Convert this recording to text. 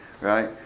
right